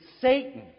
Satan